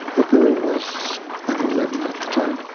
the girl was i think eleven at the time.